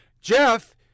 Jeff